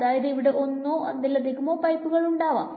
അതായത് ഇവിടെ ഒന്നോ അതിലധികമൊ പൈപ്പുകൾ ഉണ്ടാവാം